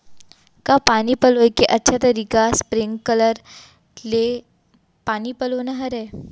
का पानी पलोय के अच्छा तरीका स्प्रिंगकलर से पानी पलोना हरय?